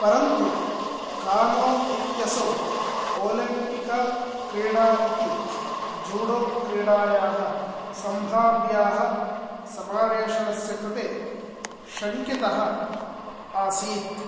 परन्तु कानो इत्यसौ ओलेम्पिक् क्रीडा इति जूडो क्रीडायाः सम्भाव्याः समावेशनस्य कृते शङ्कितः आसीत्